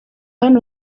hano